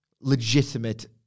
legitimate